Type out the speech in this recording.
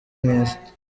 mwiza